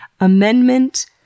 Amendment